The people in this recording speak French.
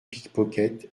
pickpocket